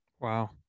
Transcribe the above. Wow